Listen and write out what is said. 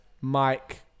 mike